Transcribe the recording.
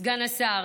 סגן השר,